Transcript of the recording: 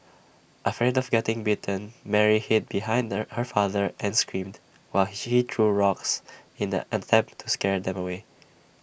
afraid of getting bitten Mary hid behind the her father and screamed while she he threw rocks in an attempt to scare them away